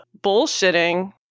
bullshitting